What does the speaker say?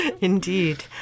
Indeed